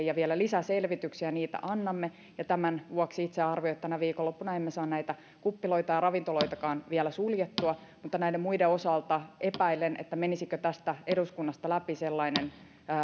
ja vielä lisäselvityksiä ja niitä annamme tämän vuoksi itse arvioin että tänä viikonloppuna emme saa näitä kuppiloita ja ravintoloitakaan vielä suljettua mutta näiden muiden toimipaikkojen osalta epäilen että menisikö tästä eduskunnasta läpi sellainen